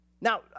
Now